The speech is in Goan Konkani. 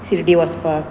सिर्डी वचपाक